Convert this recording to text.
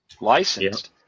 licensed